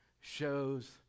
shows